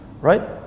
right